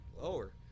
lower